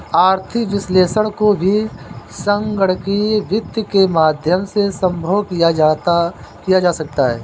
आर्थिक विश्लेषण को भी संगणकीय वित्त के माध्यम से सम्भव किया जा सकता है